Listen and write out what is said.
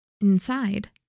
Inside